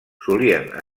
solien